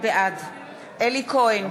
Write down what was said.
בעד אלי כהן,